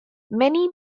many